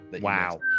wow